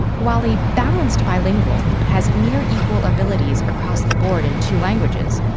while a balanced bilingual has near equal abilities across the board in two languages,